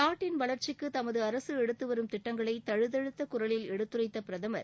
நாட்டின் வளர்ச்சிக்கு தமது அரசு எடுத்துவரும் திட்டங்களை தழுதழுத்த குரலில் எடுத்துரைத்த பிரதமர்